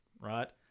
right